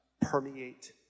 permeate